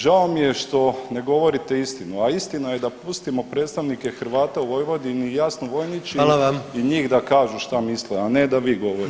Žao mi je što ne govorite istinu, a istina je da pustimo predstavnike Hrvata u Vojvodini i jasno ... [[ne razumije se]] i njih da kažu što misle, a ne da vi govorite.